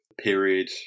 period